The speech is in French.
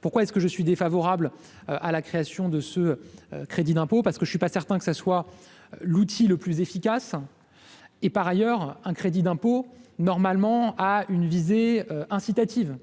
pourquoi est-ce que je suis défavorable à la création de ce crédit d'impôt parce que je ne suis pas certain que ça soit l'outil le plus efficace et, par ailleurs, un crédit d'impôt normalement a une visée incitative